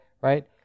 right